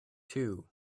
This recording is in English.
two